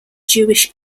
jewish